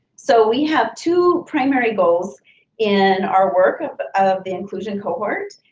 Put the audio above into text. so, we have two primary goals in our work of but of the inclusion cohort.